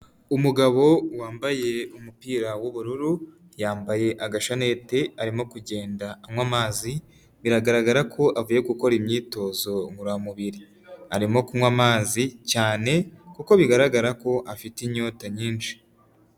Umugabo wambaye umupira w'ubururu, yambaye agashaneti, arimo kugenda anywa amazi biragaragara ko avuye gukora imyitozo ngororamubiri, arimo kunywa amazi cyane kuko bigaragara ko afite inyota nyinshi.